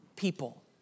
people